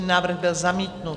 Návrh byl zamítnut.